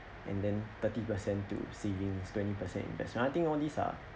and then thirty percent to savings twenty percent investment I think all these are